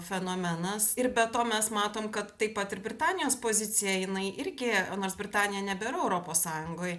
fenomenas ir be to mes matom kad taip pat ir britanijos pozicija jinai irgi nors britanija nebėra europos sąjungoj